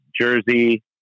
Jersey